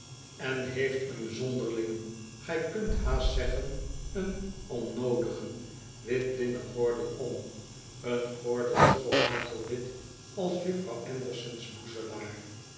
en heeft een zonderlingen gij kunt haast zeggen een onnoodigen wit linnen gordel om een gordel zoo hagelwit als juffrouw